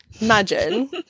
Imagine